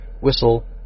Whistle